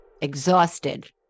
Exhausted